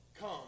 come